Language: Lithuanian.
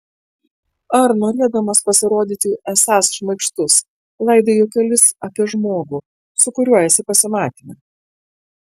ar norėdamas pasirodyti esąs šmaikštus laidai juokelius apie žmogų su kuriuo esi pasimatyme